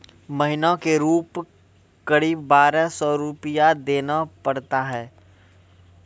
महीना के रूप क़रीब बारह सौ रु देना पड़ता है?